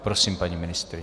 Prosím, paní ministryně.